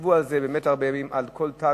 ישבו על זה באמת הרבה ימים, על כל תג,